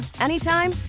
anytime